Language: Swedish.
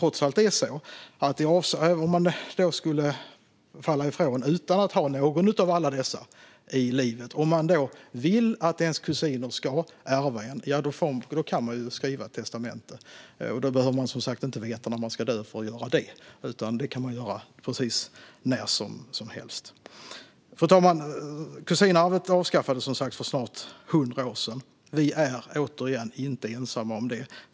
Om man skulle falla ifrån utan att ha någon av alla dessa i livet och vill att ens kusiner ska ärva en, då kan man skriva ett testamente. Och man behöver, som sagt, inte veta när man ska dö för att göra det. Det kan man göra precis när som helst. Fru talman! Kusinarvet avskaffades alltså för snart 100 år sedan. Vi är, återigen, inte ensamma om det.